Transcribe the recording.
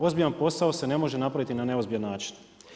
Ozbiljan posao se ne može napraviti na neozbiljan način.